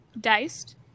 Diced